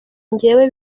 njyewe